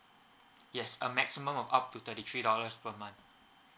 yes a maximum of up to thirty three dollars per month